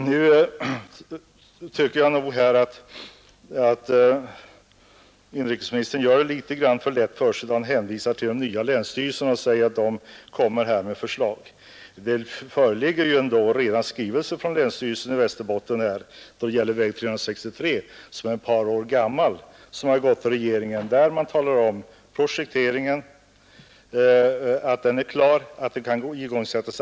Jag tycker att inrikesministern gör det litet grand för lätt för sig då han hänvisar till att de nya länsstyrelserna kommer med förslag. Det föreligger ändå sedan ett par år en skrivelse till regeringen från länsstyrelsen i Västerbottens län om väg 363, där man talar om att projekteringen är klar och arbeten kan igångsättas.